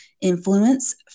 influence